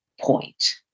point